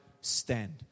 stand